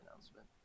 announcement